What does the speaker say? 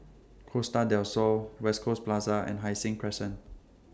Costa Del Sol West Coast Plaza and Hai Sing Crescent